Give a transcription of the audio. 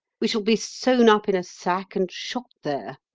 we shall be sewn up in a sack and shot there.